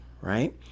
right